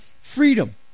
freedom